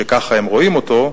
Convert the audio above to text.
שכך הם רואים אותו,